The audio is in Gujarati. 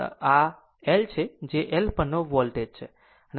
આ તે L છે જે L પરનો વોલ્ટેજ છે